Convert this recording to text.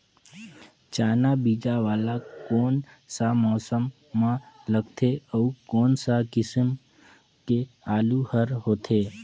चाना बीजा वाला कोन सा मौसम म लगथे अउ कोन सा किसम के आलू हर होथे?